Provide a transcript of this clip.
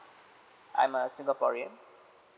I'm a singaporean